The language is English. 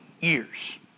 years